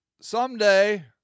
someday